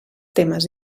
temes